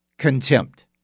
contempt